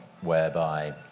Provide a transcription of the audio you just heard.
whereby